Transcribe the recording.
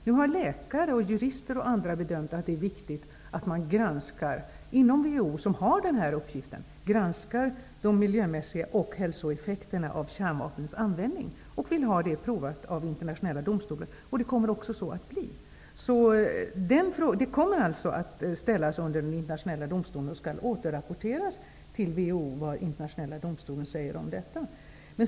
Nu har läkare, jurister och andra bedömt att det är viktigt att WHO, som har uppgifterna, granskar de miljömässiga effekterna och hälsoeffekterna av kärnvapnens användning och får det provat av Internationella domstolen. Så kommer det också att bli. Frågan kommer alltså att ställas under Internationella domstolen. Det skall återrapporteras till WHO vad Internationella domstolen säger om detta.